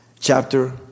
chapter